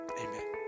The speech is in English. Amen